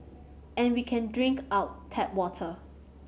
and we can drink our tap water